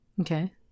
Okay